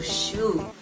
shoot